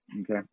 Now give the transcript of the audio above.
Okay